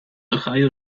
ohio